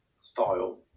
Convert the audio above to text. style